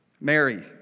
Mary